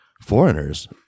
foreigners